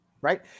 right